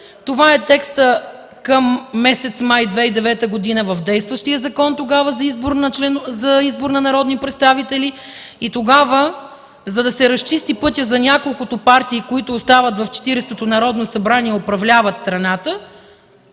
Това е текстът към месец май 2009 г. в действащия закон тогава за избор на народни представители. Тогава, за да се разчисти пътят за няколкото партии, които остават в Четиридесетото Народно събрание и управляват страната,